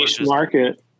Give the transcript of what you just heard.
market